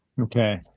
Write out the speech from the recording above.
Okay